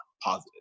positive